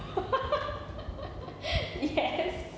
yes